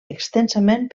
extensament